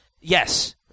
Yes